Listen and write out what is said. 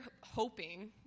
hoping